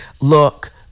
look